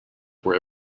were